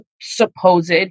supposed